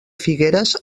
figueres